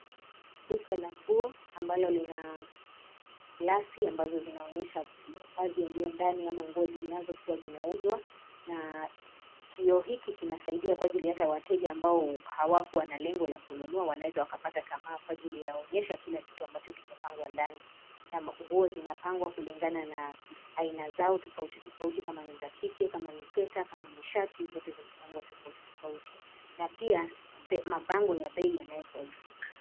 Duka la nguo, ambalo lina glasi ambazo zinazoonyesha mavazi yaliyo ndani, ama nguo zinazokuwa zinauzwa, na kioo hiki kinasaidia kwa ajili hata kwa wateja ambao hawakuwa na lengo la kununua, wanaweza wakapata tamaa kwa ajili ya onyesho la kila kitu kilichopangwa ndani. Nguo zimepangwa kulingana na aina zao tofauti tofauti, kama za kike, kama ni sweta, kama ni shati, zote zimepangwa tofauti tofauti, na pia, mabango ya bei yamewekwa juu.